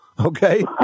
Okay